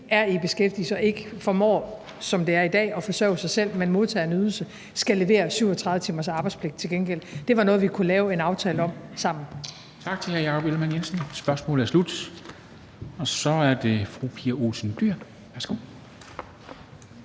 er i beskæftigelse og ikke formår, som det er i dag, at forsørge sig selv, men modtager en ydelse, skal levere 37 timers arbejdspligt til gengæld. Det var noget, vi kunne lave en aftale om sammen. Kl. 13:42 Formanden (Henrik Dam Kristensen): Tak til hr. Jakob Ellemann-Jensen. Spørgsmålet er slut. Så er det fru Pia Olsen Dyhr. Værsgo.